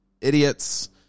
idiots